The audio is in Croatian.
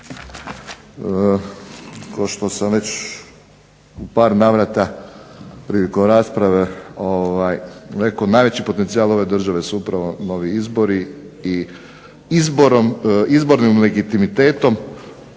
Kao što sam već u par navrata prilikom rasprave rekao, najveći potencijal ove države su upravo novi izbori i izbornim legitimitetom